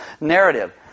narrative